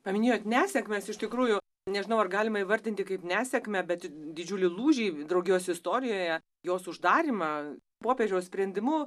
paminėjot nesėkmes iš tikrųjų nežinau ar galima įvardinti kaip nesėkmę bet didžiulį lūžį draugijos istorijoje jos uždarymą popiežiaus sprendimu